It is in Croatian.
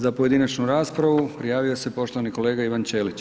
Za pojedinačnu raspravu prijavio se poštovani kolega Ivan Ćelić.